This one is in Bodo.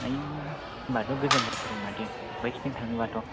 आयु होमबाथ' गोजान जाथारो माथो बैथिं थाङोबाथ'